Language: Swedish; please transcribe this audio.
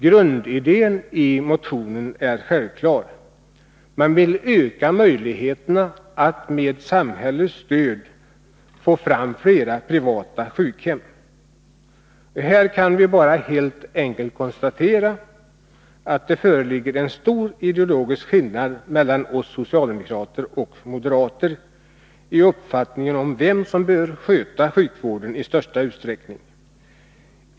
Grundidén i motionen är självklar: Man vill öka möjligheterna att — och det med samhällets stöd — få fram fler privata sjukhem. Vi kan helt enkelt bara konstatera att det föreligger en stor ideologisk skillnad mellan oss socialdemokrater och moderaterna i uppfattningen om vem som i största möjliga utsträckning bör sköta sjukvården.